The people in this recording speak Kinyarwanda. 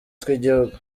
tw’igihugu